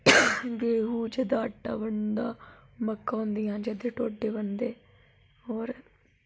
गेंहू जेह्दा अट्टा बनदा मक्कां होंदियां जेह्दे टोड्डे बनदे होर